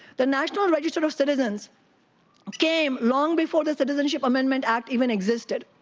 the national register of citizens came long before the citizenship amendment act even existed.